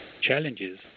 challenges